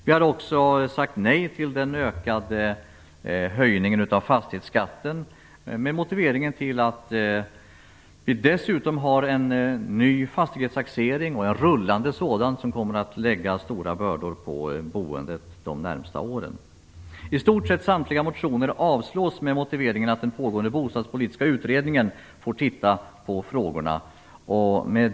Vi har också sagt nej till höjningen av fastighetsskatten. Motiveringen är att vi har en ny fastighetstaxering, en rullande sådan, som kommer att lägga stora bördor på boendet under de närmaste åren. I stort sett samtliga motioner avslås med motiveringen att den pågående bostadspolitiska utredningen skall titta på frågorna.